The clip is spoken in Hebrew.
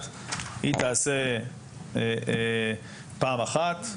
היא תיעשה פעם אחת.